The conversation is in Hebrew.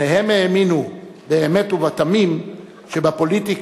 שניהם האמינו באמת ובתמים שבפוליטיקה,